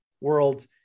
world